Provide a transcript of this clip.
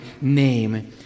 name